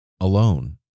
alone